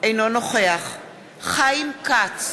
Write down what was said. אינו נוכח חיים כץ,